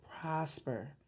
prosper